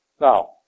Now